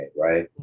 right